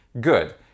good